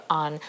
on